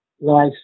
life